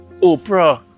Oprah